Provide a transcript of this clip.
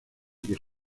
que